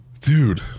Dude